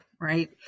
right